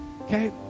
Okay